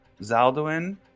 Zaldwin